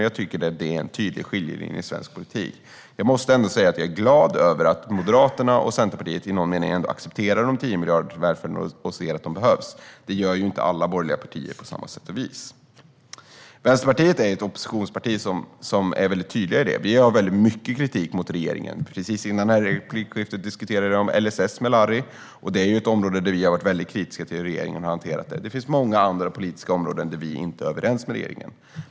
Jag tycker att det är en tydlig skiljelinje i svensk politik. Jag måste säga att jag är glad över att Moderaterna och Centerpartiet i någon mening ändå accepterar de 10 miljarderna till välfärden och ser att de behövs. Det gör inte alla borgerliga partier på samma sätt. Vänsterpartiet är ett oppositionsparti som är tydligt. Vi riktar mycket kritik mot regeringen. Precis före detta replikskifte diskuterade jag LSS med Larry. Det är ett område där vi har varit kritiska mot regeringens sätt att hantera frågan. Det finns också många andra politiska områden där vi inte är överens med regeringen.